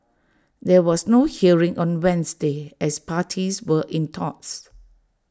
there was no hearing on Wednesday as parties were in talks